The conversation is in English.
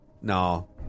No